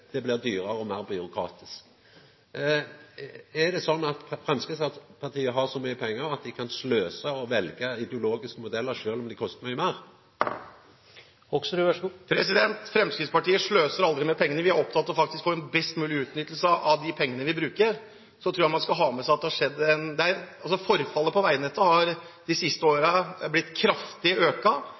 blir dyrare og meir byråkratisk. Er det sånn at Framstegspartiet har så mykje pengar at dei kan sløsa og velja ideologiske modellar sjølv om dei kostar mykje meir? Fremskrittspartiet sløser aldri med pengene. Vi er faktisk opptatt av å få en best mulig utnyttelse av de pengene vi bruker. Så tror jeg man skal ha med seg at det har skjedd en del. Forfallet på veinettet har de siste årene økt kraftig,